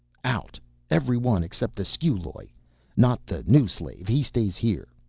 out everyone except the sciuloj. not the new slave, he stays here,